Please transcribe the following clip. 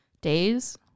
Days